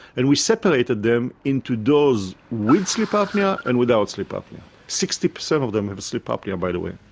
and we separated them into those with sleep apnoea and without sleep apnoea. sixty percent of them have sleep apnoea, by the way.